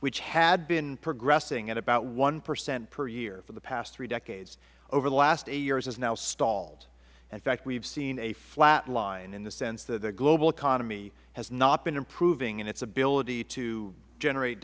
which had been progressing at about one percent per year for the past three decades over the last eight years has now stalled in fact we have seen a flat line in the sense that the global economy has not been improving in its ability to generate